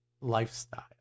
lifestyle